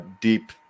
deep